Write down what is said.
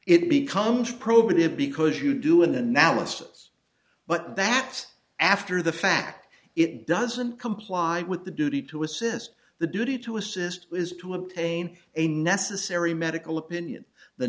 it becomes provocative because you do an analysis but that after the fact it doesn't comply with the duty to assist the duty to assist is to obtain a necessary medical opinion the